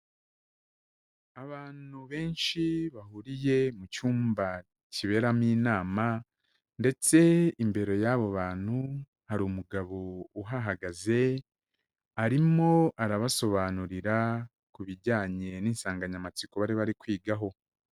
Abantu benshi bahuriye mu cyumba kiberamo inama ndetse imbere y'abo bantu hari umugabo uhahagaze, arimo arabasobanurira ku bijyanye n'insanganyamatsiko bari bari kwigaho.